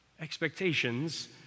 Expectations